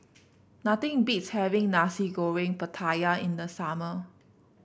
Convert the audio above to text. nothing beats having Nasi Goreng Pattaya in the summer